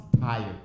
tired